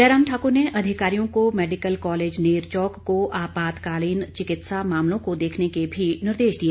जयराम ठाकुर ने अधिकारियों को मैडिकल कॉलेज नेरचौक को आपातकालीन चिकित्सा मामलों को देखने के भी निर्देश दिए